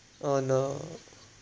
oh no